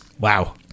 Wow